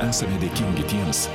esame dėkingi tiems